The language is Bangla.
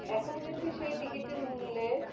এখন কিন্তু সেই টিকিটের মূল্যে